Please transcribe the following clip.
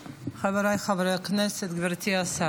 חברת הכנסת מלינובסקי, בבקשה, גברתי.